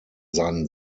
seinen